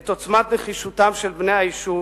את עוצמת נחישותם של בני היישוב